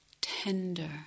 tender